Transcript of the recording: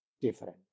different